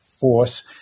Force